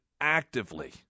actively